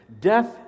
Death